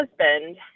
husband